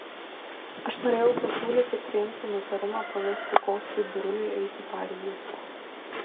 aš norėjau pasiūlyti priimti nutarimą pavesti kostui biruliui eiti pareigas